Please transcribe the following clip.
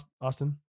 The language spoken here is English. Austin